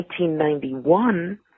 1991